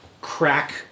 crack